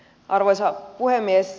arvoisa puhemies